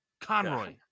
conroy